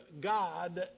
God